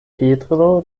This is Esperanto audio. petro